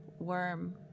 worm